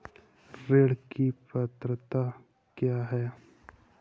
ऋण की पात्रता क्या है?